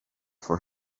for